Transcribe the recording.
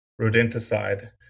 rodenticide